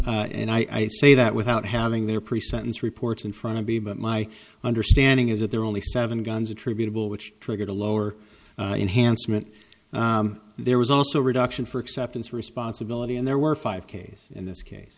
guns and i say that without having their pre sentence reports in front to be but my understanding is that there are only seven guns attributable which triggered a lower enhanced meant there was also reduction for acceptance of responsibility and there were five case in this case